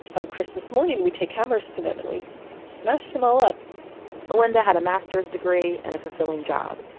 on christmas morning, we take hammers to them and we smash them all up melynda had a master's degree, and a fulfilling job.